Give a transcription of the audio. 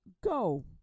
Go